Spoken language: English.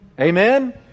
Amen